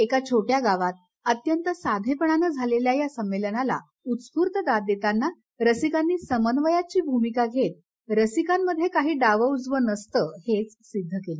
एका छो ि गावात अत्यंत साधेपणानं झालेल्या या संमेलनाला उत्स्फूर्त दाद देताना रसिकांनी समन्वयाची भूमिका घेत रसिकांमध्ये काही डावं उजवं नसतं हेच सिद्ध केलं